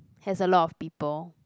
has a lot of people